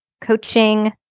Coaching